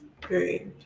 Great